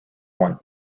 one